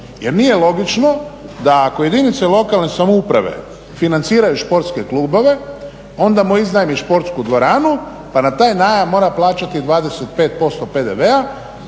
Jer nije logično da ako jedinice lokalne samouprave financiraju športske klubove onda mu iznajmi športsku dvoranu, pa na taj najam mora plaćati 25% PDV-a.